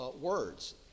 words